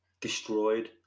destroyed